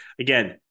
Again